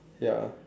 ya